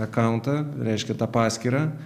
akauntą reiškia tą paskyrą